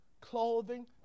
clothing